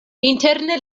interne